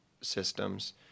systems